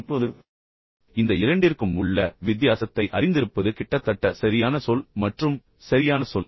இப்போது இந்த இரண்டிற்கும் உள்ள வித்தியாசத்தை அறிந்திருப்பது கிட்டத்தட்ட சரியான சொல் மற்றும் சரியான சொல்